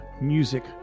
music